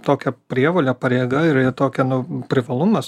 tokia prievolė pareiga ir tokia nu privalumas